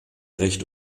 recht